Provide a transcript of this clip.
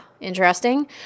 interesting